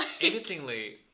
Interestingly